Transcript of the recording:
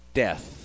death